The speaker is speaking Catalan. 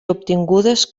obtingudes